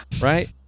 Right